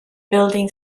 building